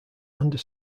under